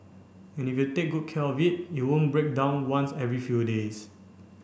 and if you take good care of it you won't break down once every few days